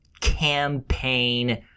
campaign